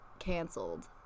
canceled